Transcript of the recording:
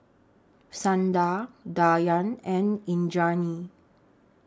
Sundar Dhyan and Indranee